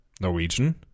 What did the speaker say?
Norwegian